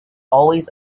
always